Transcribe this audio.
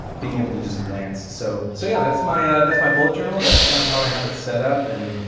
being able to just glance. so so yeah that's my ah that's my bullet journal, that's kind of how i have it set up and